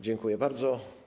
Dziękuję bardzo.